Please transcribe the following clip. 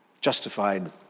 Justified